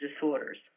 disorders